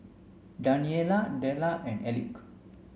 Daniella Della and Elick